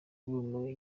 bumiwe